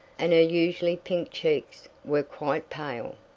and her usually pink cheeks were quite pale.